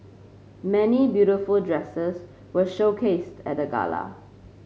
many beautiful dresses were showcased at the gala